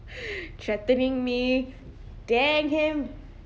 threatening me dang him